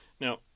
Now